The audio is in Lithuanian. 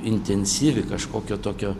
intensyvi kažkokio tokio